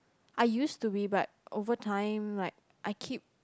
I used to be but over time like I keep